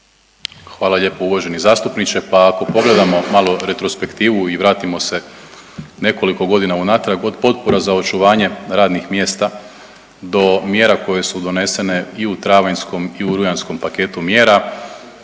Hvala lijepo uvaženi zastupniče. Pa ako pogledamo malo retrospektivu i vratimo se nekoliko godina unatrag od potpora za očuvanje radnih mjesta do mjera koje su donesene i u travanjskom i u rujanskom paketu mjera